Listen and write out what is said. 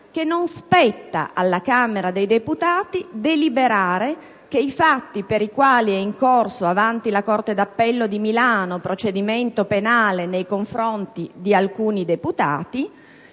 che non spetta alla Camera dei deputati deliberare che i fatti per i quali è in corso avanti la corte d'appello di Milano un procedimento penale nei confronti di alcuni deputati,